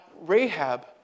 Rahab